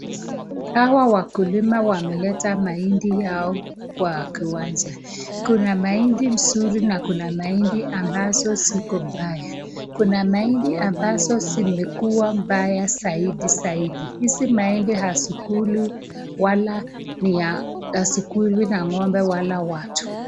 Hawa wakulima wameleta mahindi yao kwa kiwanja. Kuna mahindi nzuri na kuna mahindi ambazo ziko mbaya. Kuna mahindi ambazo zimekuwa mbaya zaidi zaidi. Hizi mahindi hazikuli ng'ombe wala watu.